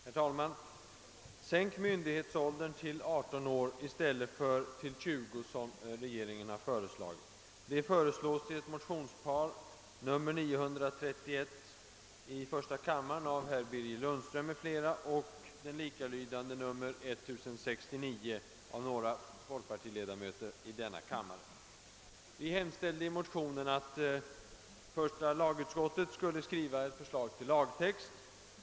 Herr talman! Sänk myndighetsåldern till 18 år i stället för till 20, som regeringen vill — det föreslås i ett motionspar, nr 931 i första kammaren av herr Birger Lundström m.fl. och den likalydande nr 1069 av några folkpartiledamöter i denna kammare. Vi hemställde i motionen att första lagutskottet skulle skriva ett förslag till lagtext.